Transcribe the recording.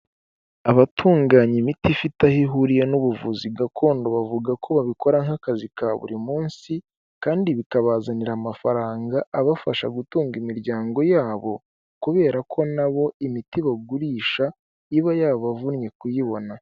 Abatunganya imiti ifite aho ihuriye n'ubuvuzi gakondo bavuga ko babikora nk'akazi ka buri munsi, kandi bikabazanira amafaranga abafasha gutunga imiryango yabo, kubera ko nabo imiti bagurisha iba yabavunnye kuyibona.